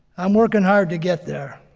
i'm working hard to get there.